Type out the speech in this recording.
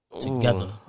together